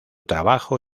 trabajo